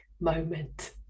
moment